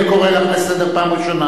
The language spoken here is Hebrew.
אני קורא אותך לסדר פעם ראשונה.